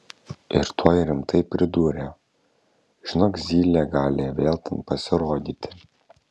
ir tuoj rimtai pridūrė žinok zylė gali vėl ten pasirodyti